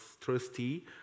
trustee